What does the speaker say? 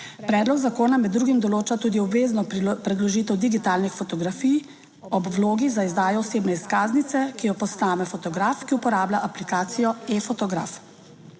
Predlog zakona med drugim določa tudi obvezno predložitev digitalnih fotografij ob vlogi za izdajo osebne izkaznice, ki jo posname fotograf, ki uporablja aplikacijo e-fotograf.